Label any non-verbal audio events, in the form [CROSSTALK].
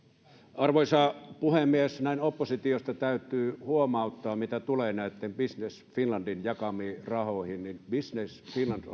arvoisa puhemies näin oppositiosta täytyy huomauttaa mitä tulee näihin business finlandin jakamiin rahoihin että business finland [UNINTELLIGIBLE]